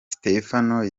stephen